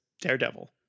Daredevil